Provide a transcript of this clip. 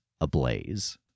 ablaze